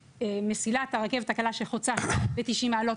בהינתן מסילת הרכבת הקלה שחוצה ב-90 מעלות